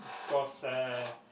cause uh